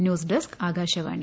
news desk Akashvani